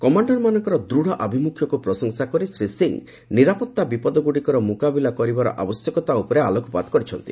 କମାଣ୍ଡରମାନଙ୍କର ଦୃଢ଼ ଆଭିମୁଖ୍ୟକୁ ପ୍ରଶଂସା କରି ଶ୍ରୀ ସିଂହ ନିରାପତ୍ତା ବିପଦଗ୍ରଡ଼ିକର ମ୍ରକାବିଲା କରିବାର ଆବଶ୍ୟକତା ଉପରେ ଆଲୋକପାତ କରିଛନ୍ତି